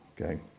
okay